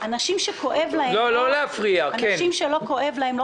אנשים שכואב להם אנשים שלא כואב להם לא